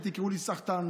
ותקראו לי סחטן,